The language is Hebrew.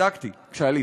בדקתי כשעליתי.